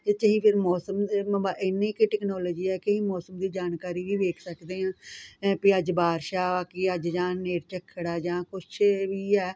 ਇੱਥੇ ਹੀ ਫਿਰ ਮੌਸਮ ਇੰਨੀ ਕੁ ਟੈਕਨੋਲੋਜੀ ਆ ਕੀ ਮੌਸਮ ਦੀ ਜਾਣਕਾਰੀ ਵੀ ਵੇਖ ਸਕਦੇ ਆ ਭੀ ਅੱਜ ਬਾਰਿਸ਼ ਆ ਕੀ ਅੱਜ ਜਾਂ ਹਨੇਰ ਚੱਖੜ ਜਾਂ ਕੁਛ ਵੀ ਆ